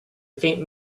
faint